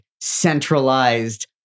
centralized